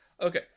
okay